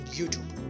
YouTube